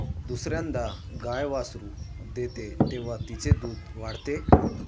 दुसर्यांदा गाय वासरू देते तेव्हा तिचे दूध वाढते